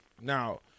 Now